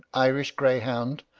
irish greyhound,